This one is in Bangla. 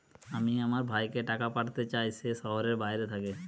আমি আমার ভাইকে টাকা পাঠাতে চাই যে শহরের বাইরে থাকে